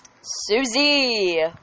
Susie